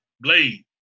Blade